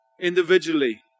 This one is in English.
individually